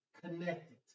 connected